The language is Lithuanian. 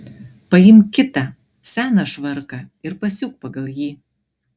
paimk kitą seną švarką ir pasiūk pagal jį